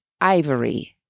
ivory